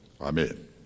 amen